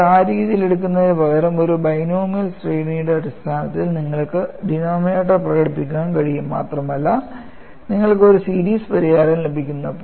അത് ആ രീതിയിൽ എടുക്കുന്നതിനുപകരം ഒരു ബൈനോമിയൽ ശ്രേണിയുടെ അടിസ്ഥാനത്തിൽ നിങ്ങൾക്ക് ഡിനോമിനേറ്റർ പ്രകടിപ്പിക്കാൻ കഴിയും മാത്രമല്ല നിങ്ങൾക്ക് ഒരു സീരീസ് പരിഹാരം ലഭിക്കുന്നു